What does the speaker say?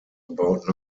about